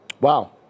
Wow